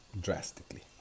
drastically